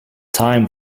time